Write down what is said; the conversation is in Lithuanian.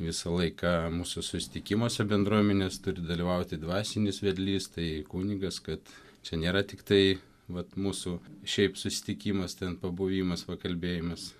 visą laiką mūsų susitikimuose bendruomenės turi dalyvauti dvasinis vedlys tai kunigas kad čia nėra tiktai vat mūsų šiaip susitikimas ten pabuvimas pakalbėjimas